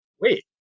Wait